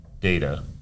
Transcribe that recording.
data